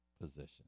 position